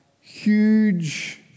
huge